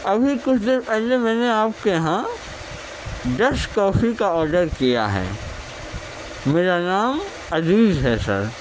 ابھی کچھ دیر پہلے میں نے آپ کے یہاں دس کافی کا آرڈر کیا ہے میرا نام عزیز ہے سر